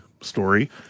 story